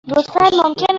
ممکن